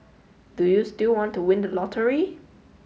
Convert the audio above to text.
do you still want to win the lottery